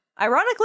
Ironically